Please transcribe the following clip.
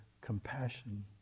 compassion